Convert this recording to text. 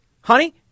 honey